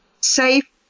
safe